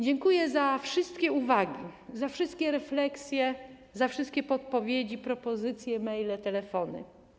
Dziękuję za wszystkie uwagi, za wszystkie refleksje, za wszystkie podpowiedzi, propozycje, maile, telefony.